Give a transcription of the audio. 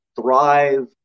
thrive